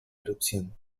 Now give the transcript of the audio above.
erupción